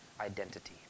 identity